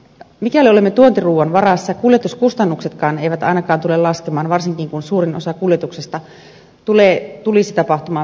mikäli olemme tuontiruuan varassa kuljetuskustannuksetkaan eivät ainakaan tule laskemaan varsinkin kun suurin osa kuljetuksista tulisi tapahtumaan meriteitse